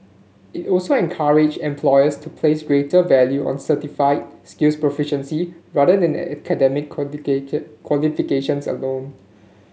it will also encourage employers to place greater value on certify skills proficiency rather than academic qualifications alone